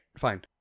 fine